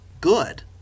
good